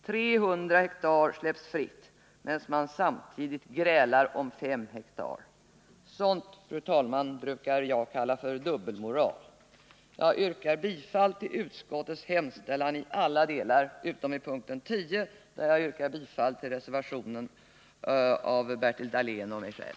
300 ha släpper man fritt, medan man samtidigt grälar om 5 ha. Sådant, fru talman, kallar jag för dubbelmoral. Fru talman! Jag yrkar bifall till utskottets hemställan på alla punkter utom vad beträffar punkten 10, där jag yrkar bifall till reservationen av Bertil Dahlén och mig själv.